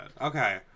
okay